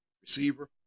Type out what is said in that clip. receiver